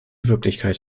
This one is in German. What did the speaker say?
wirklichkeit